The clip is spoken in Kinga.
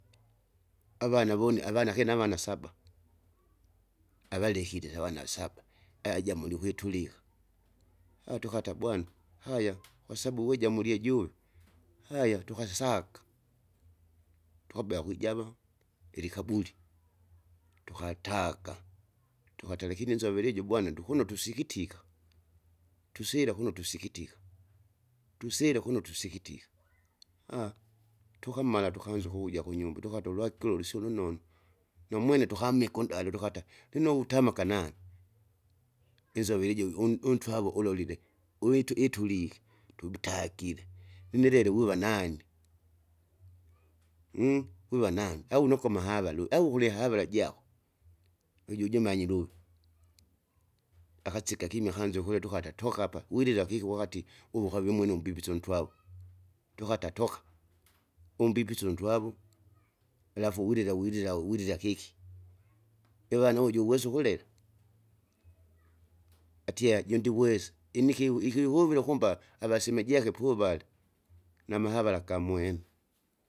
Avana vone avana kena avana saba, avalekilese avana saba, ajamulie ukwitulika, atukata haya kwasabau wijamulie juve haya tukasaka, tukabea kwijava, ilikaburi, tukataga, tukata lakini inzovere ijo bwana ndukuno tusikitika. Tusila kuno tusikitika, tusila kuno tusikitika tukama tukanza ukuvuja kunyumba tukati ulwakilulosi ulunonu. Numwene tukamike undale tukata lino utamaka nange, inzovere ijo u- untwavo ulolile, uviyu itulike, tubtagile, lini lelo wiva nani, wiva nani au nukama havalu au kulihavala jako, uju ujimanyire ulu. Akasika kimya akanza ukulila tukata tokapa wilila kiki wakati uve ukavi mwini umbimbise untwavo, tukata toka, umbimbile untwavo, alafu wilila wilila wilila kiki, ivan uju uwesa ukulila atie ajundiwesa inikiwi ikihuwire kumba avasemeji yake puvali, namahavara kamwene.